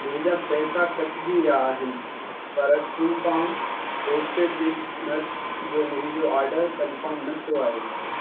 मुंहिंजा पैसा कटिजी विया आहिनि पर टूफार्म रोस्टेड मिक्स्ड नट्स जो मुंहिंजो ऑडर कन्फर्म न थियो आहे